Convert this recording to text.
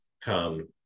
come